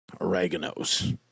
Oregano's